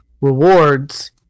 rewards